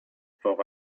for